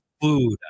food